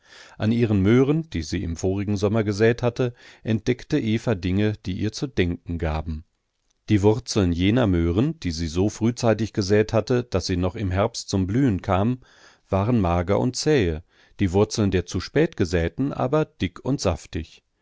an ihren möhren die sie im vorigen sommer gesät hatte entdeckte eva dinge die ihr zu denken gaben die wurzeln jener möhren die sie so frühzeitig gesät hatte daß sie noch im herbst zum blühen kamen waren mager und zähe die wurzeln der zu spät gesäten aber dick und saftig